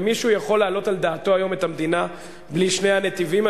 מישהו יכול להעלות על דעתו היום את המדינה בלי שני הנתיבים,